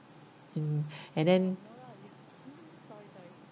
in and then